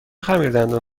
خمیردندان